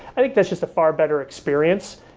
i think that's just a far better experience.